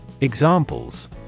Examples